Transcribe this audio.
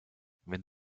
wenn